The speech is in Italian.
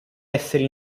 essere